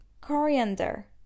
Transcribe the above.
Coriander